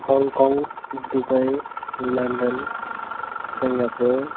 Hong Kong Dubai London Singapore